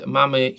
mamy